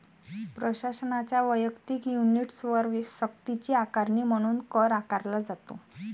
प्रशासनाच्या वैयक्तिक युनिट्सवर सक्तीची आकारणी म्हणून कर आकारला जातो